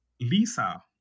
lisa